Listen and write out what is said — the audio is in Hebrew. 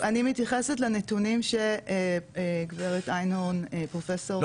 אני מתייחסת לנתונים שגברת איינהורן, פרופסור.